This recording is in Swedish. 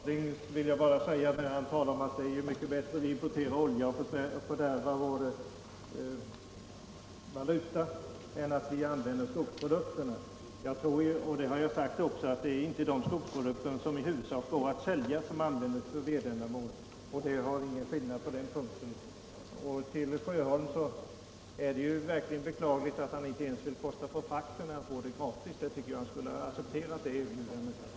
Herr talman! Herr Stadling talar om att det är mycket bättre att vi importerar olja och fördärvar vår valuta än att vi använder skogsprodukterna. Jag har tidigare sagt att det inte är de skogsprodukter som går att sälja som används för uppvärmningsändamål. Vad beträffar herr Sjöholm är det verkligen beklagligt att han inte ens vill kosta på frakten när han får bränslet gratis. Jag tycker att han borde ha accepterat det erbjudandet.